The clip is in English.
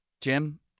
Jim